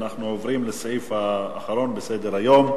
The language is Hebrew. אנחנו עוברים לסעיף האחרון בסדר-היום: